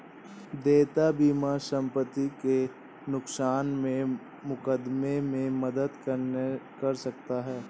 देयता बीमा संपत्ति के नुकसान के मुकदमे में मदद कर सकता है